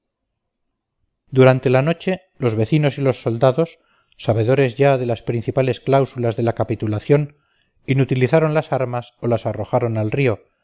durante la noche los vecinos y los soldados sabedores ya de las principales cláusulas de la capitulación inutilizaron las armas o las arrojaron al río